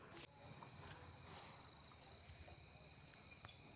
ಕಬ್ಬಿಗ ಯಾವ ಗೊಬ್ಬರ ಛಲೋ?